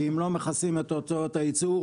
הם לא מכסים את הוצאות הייצור,